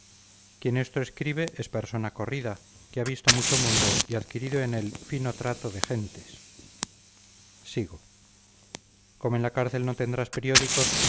esto escribe es persona corrida que ha visto mucho mundo y adquirido en él fino trato de gentes sigo como en la cárcel no tendrás periódicos